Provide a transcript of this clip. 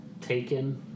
Taken